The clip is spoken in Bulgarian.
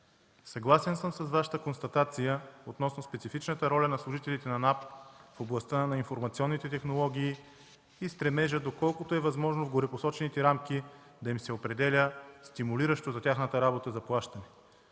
Съгласен съм с Вашата констатация относно специфичната роля на служителите на НАП в областта на информационните технологии и стремежа доколкото е възможно в горепосочените рамки да се определя стимулиращо за тяхната работа заплащане.